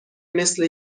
مثل